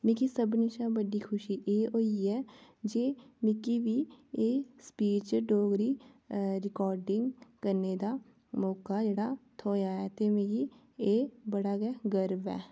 मिगी सभनें कशा बड्डी खुशी एह् होई ऐ जे मिगी बी एह् स्पीच डोगरी रिकार्डिंग करने दा मौका जेह्ड़ा थ्होआ ऐ ते मिगी एह् बड़ा गै गर्व ऐ